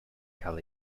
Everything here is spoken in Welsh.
cael